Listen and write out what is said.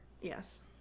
yes